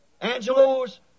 Angelo's